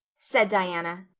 said diana.